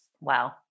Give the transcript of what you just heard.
wow